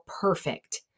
perfect